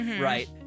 right